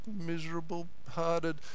miserable-hearted